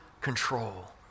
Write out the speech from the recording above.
control